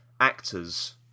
actors